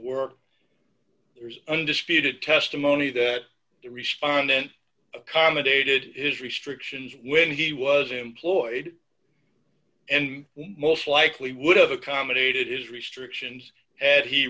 work there's undisputed testimony that the respondent accommodated his restrictions when he was employed and most likely would have accommodated his restrictions had he